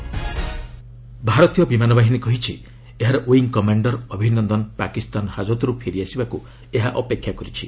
IAF Abhinandan ଭାରତୀୟ ବିମାନ ବାହିନୀ କହିଛି ଏହାର ୱିଙ୍ଗ୍ କମାଣ୍ଡର୍ ଅଭିନନ୍ଦନ ପାକିସ୍ତାନ ହାଜତ୍ର୍ ଫେରିଆସିବାକୁ ଏହା ଅପେକ୍ଷା କରିଛି